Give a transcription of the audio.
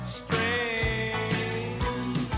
strange